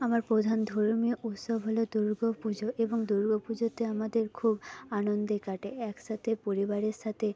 আমার প্রধান ধর্মীয় উৎসব হলো দুর্গা পুজো এবং দুর্গা পুজোতে আমাদের খুব আনন্দে কাটে একসাথে পরিবারের সাথে